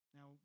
Now